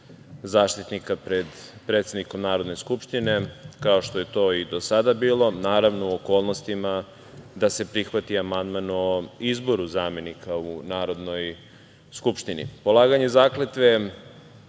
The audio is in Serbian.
Zaštitnika pred predsednikom Narodne skupštine, kao što je to i do sada bilo, naravno, u okolnostima da se prihvati amandman o izboru zamenika u Narodnoj skupštini. Polaganje zakletve,